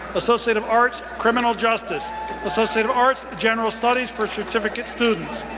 associate of arts, criminal justice associate of arts, general studies for certificate students.